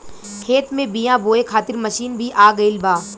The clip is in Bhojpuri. खेत में बीआ बोए खातिर मशीन भी आ गईल बा